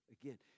again